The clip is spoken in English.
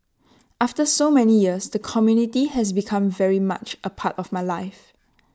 after so many years the community has become very much A part of my life